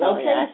Okay